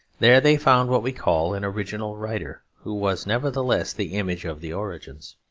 there they found what we call an original writer, who was nevertheless the image of the origins.